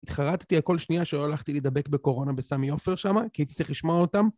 התחרטתי על כל שנייה שלא הלכתי לדבק בקורונה בסמי עופר שמה, כי הייתי צריך לשמוע אותם